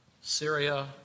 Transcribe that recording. Syria